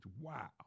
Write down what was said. Wow